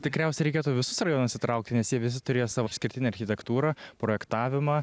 tikriausia reikėtų visus rajonus įtraukti nes jie visi turėjo savo išskirtinę architektūrą projektavimą